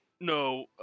No